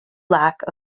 lack